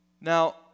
Now